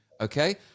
okay